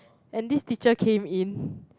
and this teacher came in